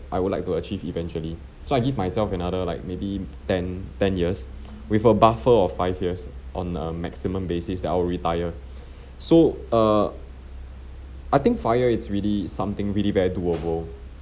I would like to achieve eventually so I give myself another like maybe ten ten years with a buffer of five years on a maximum basis that I will retire so err I think F_I_R_E it's really something really very doable